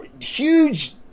huge